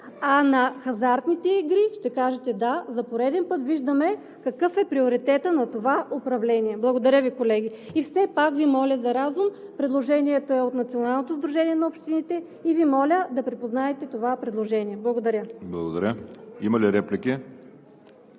а на хазартните игри ще кажете: да. За пореден път виждаме какъв е приоритетът на това управление. Благодаря Ви, колеги. И все пак Ви моля за разум – предложението е от Националното сдружение на общините, и Ви моля да припознаете това предложение. ПРЕДСЕДАТЕЛ ВАЛЕРИ СИМЕОНОВ: Благодаря Ви. Има ли реплики?